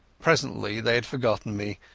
presently they had forgotten me,